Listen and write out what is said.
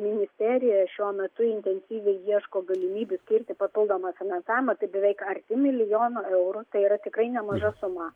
ministerija šiuo metu intensyviai ieško galimybių skirti papildomą finansavimą tai beveik arti milijono eurų tai yra tikrai nemaža suma